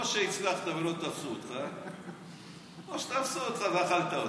או שהצלחת ולא תפסו אותך או שתפסו אותך ואכלת אותה.